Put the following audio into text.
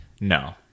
No